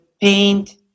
paint